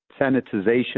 sanitization